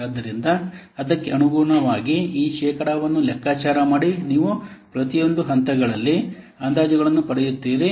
ಆದ್ದರಿಂದ ಅದಕ್ಕೆ ಅನುಗುಣವಾಗಿ ಈ ಶೇಕಡಾವನ್ನು ಲೆಕ್ಕಾಚಾರ ಮಾಡಿ ನೀವು ಪ್ರತಿಯೊಂದು ಹಂತಗಳ ಅಂದಾಜುಗಳನ್ನು ಪಡೆಯುತ್ತೀರಿ